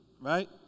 right